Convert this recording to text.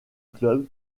club